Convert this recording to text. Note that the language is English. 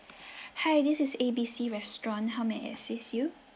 hi this is A B C restaurant how may I assist you